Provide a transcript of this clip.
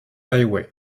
highway